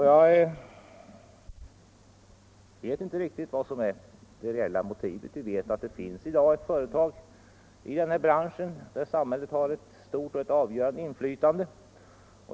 Jag vet inte riktigt vad som är det reella motivet för regeringens förslag. Vi vet att i den här branschen finns ett företag där samhället har ett stort och avgörande inflytande.